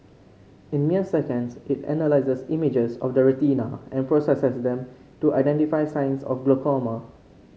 in mere seconds it analyses images of the retina and processes them to identify signs of glaucoma